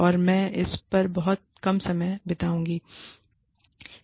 और मैं इस पर बहुत कम समय बिताऊंगा